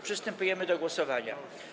Przystępujemy do głosowania.